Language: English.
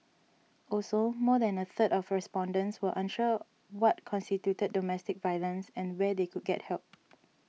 also more than a third of respondents were unsure what constituted domestic violence and where they could get help